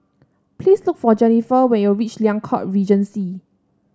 please look for Jennifer when you reach Liang Court Regency